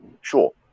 Sure